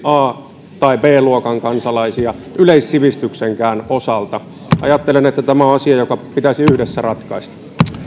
a tai b luokan kansalaisia yleissivistyksenkään osalta ajattelen että tämä on asia joka pitäisi yhdessä ratkaista